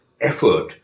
effort